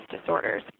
disorders